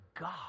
God